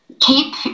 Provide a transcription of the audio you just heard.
Keep